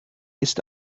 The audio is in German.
ist